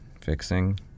fixing